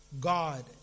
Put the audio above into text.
God